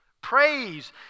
Praise